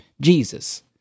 Jesus